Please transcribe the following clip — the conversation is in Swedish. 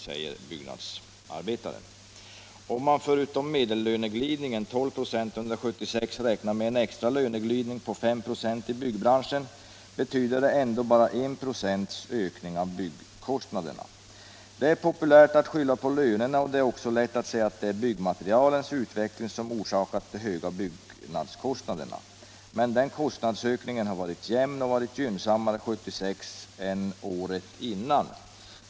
”Om man förutom medellöneglidningen räknar med en extra löneglidning på fem procent i byggbranschen betyder det ändå bara en procents ökning av byggkostnaderna. — Det är populärt att skylla på lönerna och det är också lätt att säga att det är byggmaterialens utveckling som orsakat de höga byggnadskostnaderna. Men den kostnadsökningen har varit jämn och var gynnsammare 1976 än året innan.